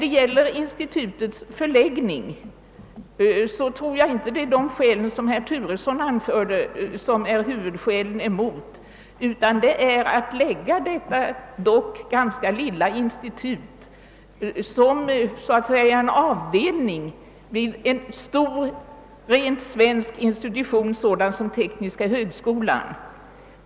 Beträffande institutets förläggning tror jag inte att det skäl som herr Turesson anförde är huvudskälet mot denna, utan det är att man därmed gör detta dock ganska lilla institut så att säga till en avdelning vid en stor, rent svensk institution sådan som tekniska högskolan.